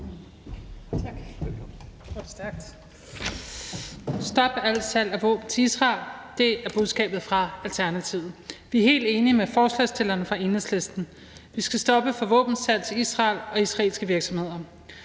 Stop al salg af våben til Israel. Sådan lyder budskabet fra Alternativet. Vi er helt enige med forslagsstillerne fra Enhedslisten. Vi skal stoppe for våbensalg til Israel og israelske virksomheder.